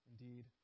indeed